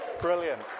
Brilliant